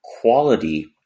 quality